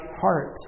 heart